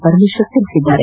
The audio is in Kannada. ಪರಮೇಶ್ವರ್ ತಿಳಿಸಿದ್ದಾರೆ